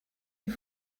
die